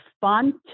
font